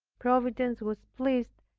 providence was pleased,